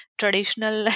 traditional